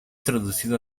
traducido